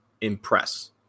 impress